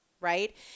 right